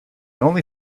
only